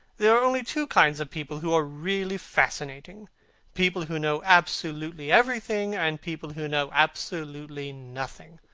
there are only two kinds of people who are really fascinating people who know absolutely everything, and people who know absolutely nothing.